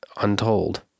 untold